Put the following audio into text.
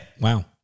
Wow